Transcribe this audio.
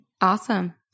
Awesome